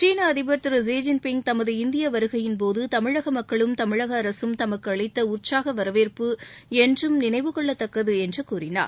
சீன அதிபர் திரு ஷி ஜின்பிங் தமது இந்திய வருகையின் போது தமிழக மக்களும் தமிழக அரகம் தமக்கு அளித்த உற்சாக வரவேற்பு என்றும் நினைவு கொள்ளத்தக்கது என்று கூறினார்